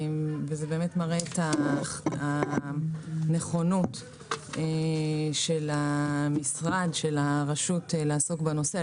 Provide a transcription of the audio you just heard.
זה מראה את הנכונות של המשרד ושל הרשות לעסוק בנושא.